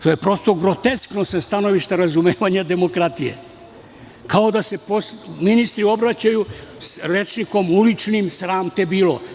To je groteskno sa stanovišta razumevanja demokratije, kao da se ministri obraćaju poslaniku rečnikom uličnim – sram te bilo.